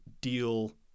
deal